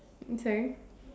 okay